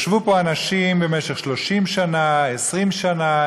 ישבו פה אנשים במשך 30 שנה, 20 שנה.